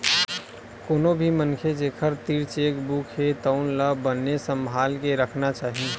कोनो भी मनखे जेखर तीर चेकबूक हे तउन ला बने सम्हाल के राखना चाही